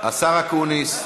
השר אקוניס,